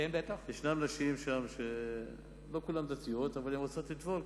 יש נשים שלא כולן דתיות אבל הן רוצות לטבול,